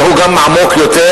אלא הוא גם עמוק יותר,